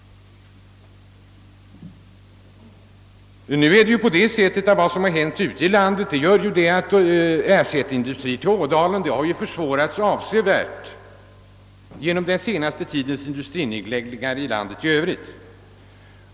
rum på andra håll i landet under senare tid har avsevärt minskat möjligheterna att skaffa ersättningsindustrier till Ådalen.